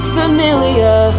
familiar